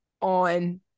on